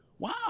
Wow